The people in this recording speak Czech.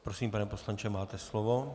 Prosím, pane poslanče, máte slovo.